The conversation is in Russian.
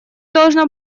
должно